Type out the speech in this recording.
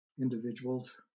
individuals